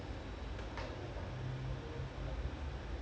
இப்போ வந்து:ippo vanthu uh close to eighty lah five seconds already